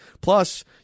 Plus